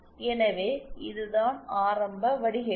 எனவே இதுதான் ஆரம்ப வடிகட்டி